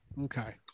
Okay